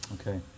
Okay